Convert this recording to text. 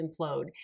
implode